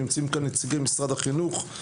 נמצאים כאן נציגי משרד החינוך.